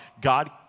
God